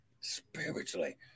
spiritually